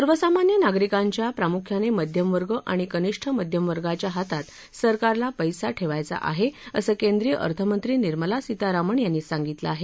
सर्वसामान्य नागरिकांच्या प्रामुख्याने मध्यमवर्ग आणि कनिष्ठ मध्यम वर्गाच्या हातात सरकारला पैसा ठेवायचा आहे असे केंद्रीय अर्थमंत्री निर्मला सीतारामण यांनी सांगितले आहे